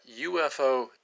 UFO